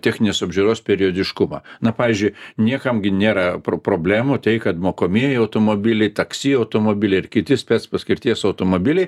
techninės apžiūros periodiškumą na pavyzdžiui niekam nėra pro problemų tai kad mokomieji automobiliai taksi automobilį ir kiti spec paskirties automobiliai